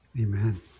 amen